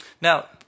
Now